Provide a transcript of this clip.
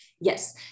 Yes